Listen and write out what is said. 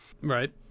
Right